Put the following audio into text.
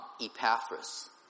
Epaphras